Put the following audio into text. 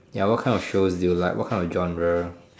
ya what kind of shows do you like what kind of genre